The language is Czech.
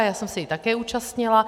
Já jsem se jí také účastnila.